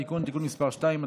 תיקון) (תיקון מס' 2),